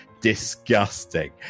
Disgusting